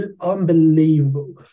Unbelievable